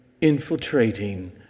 infiltrating